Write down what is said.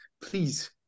please